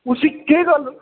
उसी केह् गल्ल